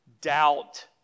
doubt